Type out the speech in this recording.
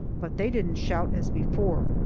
but they didn't shout as before.